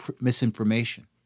misinformation